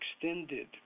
extended